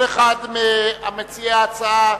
כל אחד ממציעי ההצעה,